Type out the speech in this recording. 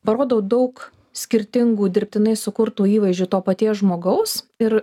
parodau daug skirtingų dirbtinai sukurtų įvaizdžių to paties žmogaus ir